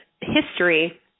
history